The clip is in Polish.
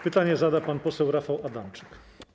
Pytanie zada pan poseł Rafał Adamczyk.